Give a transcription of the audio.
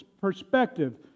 perspective